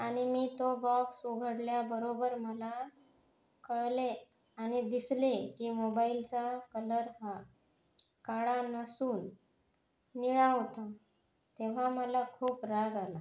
आणि मी तो बॉक्स उघडल्याबरोबर मला कळले आणि दिसले की मोबाईलचा कलर हा काळा नसून निळा होता तेव्हा मला खूप राग आला